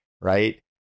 right